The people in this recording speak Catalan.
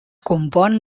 compon